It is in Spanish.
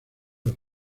los